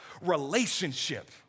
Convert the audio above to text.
relationship